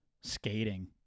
skating